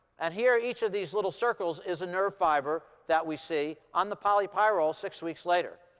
and here each of these little circles is a nerve fiber that we see on the polypyrrole six weeks later.